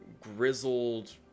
grizzled